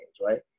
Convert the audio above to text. right